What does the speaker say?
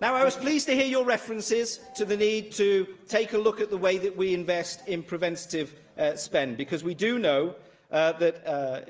now, i was pleased to hear your references to the need to take a look at the way that we invest in preventative spend, because we do know that